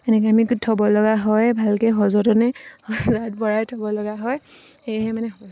তেনেকৈ আমি থ'ব লগা হয় ভালকৈ সযতনে সঁজাত ভৰাই থ'ব লগা হয় সেয়েহে মানে